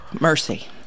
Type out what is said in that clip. Mercy